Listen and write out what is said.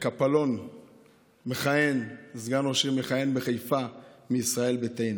מכהן בחיפה, מישראל ביתנו,